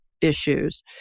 issues